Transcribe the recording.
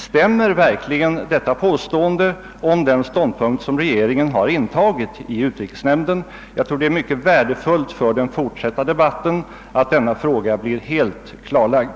Stämmer verkligen detta påstående om den ståndpunkt som regeringen har intagit i utrikesnämnden? Jag tror det är mycket värdefulli för den fortsatta debatten att denna fråga blir helt klarlagd.